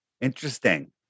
Interesting